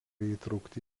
įtraukti